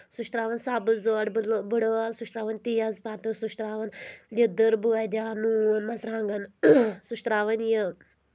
سُہ چھُ ترٛاوان سَبٕز عٲلۍ بٕڈٕ عٲلۍ سُہ چھُ ترٛاوان تیز پتہٕ سُہ چھُ ترٛاوان لیدٕر بٲدیان نون مرژٕوانٛگَن سُہ چھُ ترٛاوان یہِ